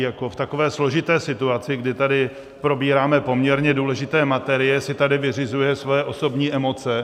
V takové složité situaci, kdy tady probíráme poměrně důležité materie, si tady vyřizuje své osobní emoce.